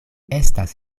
estas